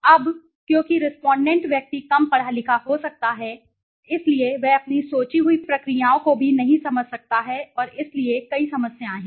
अब क्योंकि रेस्पोंडेंट व्यक्ति कम पढ़ा लिखा हो सकता है इसलिए वह आपकी सोची हुई प्रक्रियाओं को भी नहीं समझ सकता है और इसलिए कई समस्याएं हैं